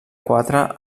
quatre